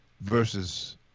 versus